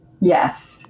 Yes